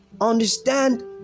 understand